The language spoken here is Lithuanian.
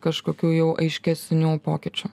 kažkokių jau aiškesnių pokyčių